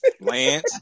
Lance